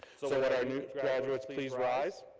so let let our new graduates please rise.